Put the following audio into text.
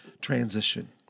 transition